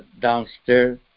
Downstairs